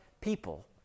people